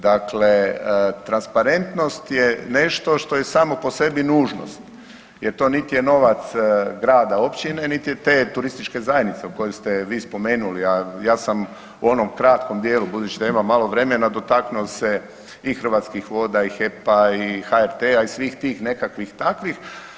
Dakle, transparentnost je nešto što je samo po sebi nužnost, jer to nit je novac grada, općine, nit je te turističke zajednice koju ste vi spomenuli a ja sam u onom kratkom dijelu budući da imam malo vremena dotaknuo se i Hrvatskih voda i HEP-a i HRT-a i svih tih nekakvih takvih.